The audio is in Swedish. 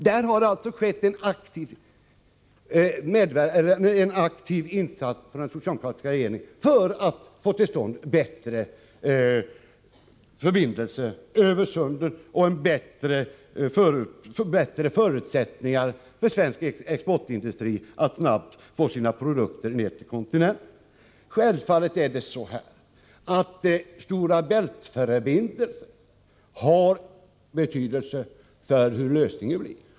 Där har det alltså skett en aktiv insats från den socialdemokratiska regeringen för att få till stånd bättre förbindelser över Sundet och bättre förutsättningar för svensk exportindustri att snabbt föra sina produkter ner till kontinenten. Självfallet är det så att Stora Bält-förbindelserna har betydelse för hurdan lösningen blir.